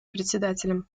председателям